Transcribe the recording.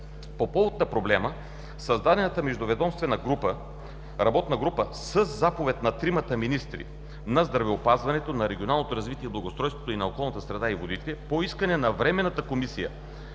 По повод на проблема създадената междуведомствена работна група със заповед на тримата министри – на здравеопазването, на регионалното развитие и благоустройството и на околната среда и водите, по искане на Временната комисия